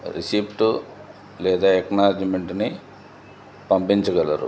receipt లేదా ఎక్నాలెడ్జ్మెంట్ని పంపించగలరు